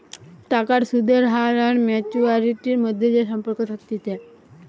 টাকার সুদের হার আর ম্যাচুয়ারিটির মধ্যে যে সম্পর্ক থাকতিছে